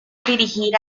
dirigir